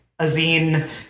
Azine